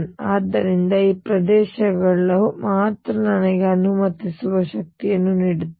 ಆದ್ದರಿಂದ ಈ ಪ್ರದೇಶಗಳು ಮಾತ್ರ ನನಗೆ ಅನುಮತಿಸುವ ಶಕ್ತಿಯನ್ನು ನೀಡುತ್ತವೆ